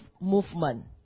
movement